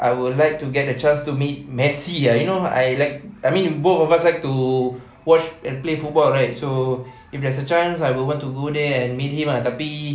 I will to get a chance to meet messi ah you know I like I mean both of us like to watch and play football right so if there's a chance I would want to go there and meet him ah tapi